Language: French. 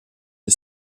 est